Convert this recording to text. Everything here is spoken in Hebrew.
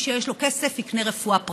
מי שיש לו כסף, יקנה רפואה פרטית.